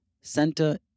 Santa